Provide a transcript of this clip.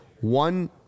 One